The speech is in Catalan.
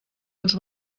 uns